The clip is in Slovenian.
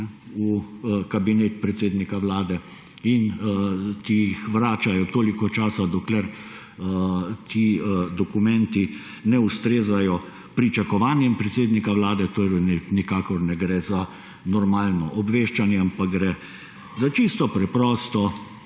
v Kabinet predsednika Vlade in ti jih vračajo toliko časa, dokler ti dokumenti ne ustrezajo pričakovanjem predsednika Vlade torej nikakor ne gre za normalno obveščanje, ampak gre za čisto preprosto